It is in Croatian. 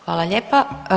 Hvala lijepa.